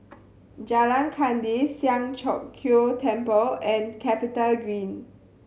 Jalan Kandis Siang Cho Keong Temple and CapitaGreen